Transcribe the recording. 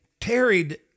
tarried